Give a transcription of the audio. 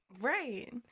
Right